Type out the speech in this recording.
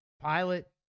pilot